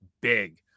big